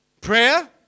Prayer